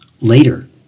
later